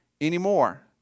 anymore